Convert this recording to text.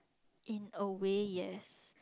in a way yes